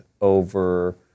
over